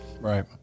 Right